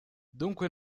dunque